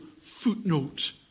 footnote